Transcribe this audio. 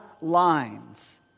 lines